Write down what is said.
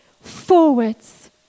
forwards